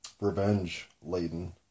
revenge-laden